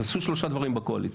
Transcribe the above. אז עשו שלושה דברים בקואליציה.